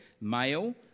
male